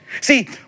See